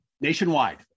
Nationwide